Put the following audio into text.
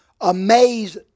amazed